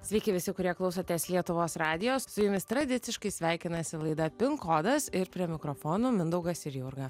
sveiki visi kurie klausotės lietuvos radijo su jumis tradiciškai sveikinasi laida pin kodas ir prie mikrofonų mindaugas ir jurga